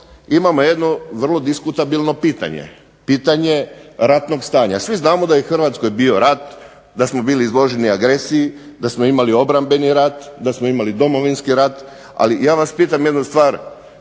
imamo jedno vrlo diskutabilno pitanje, pitanje ratnog stanja. Svi znamo da je u Hrvatskoj bio rat, da smo bili izloženi agresiji, da smo imali obrambeni rat, da smo imali Domovinski rat, ali ja vas pitam jednu stvar,